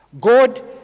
God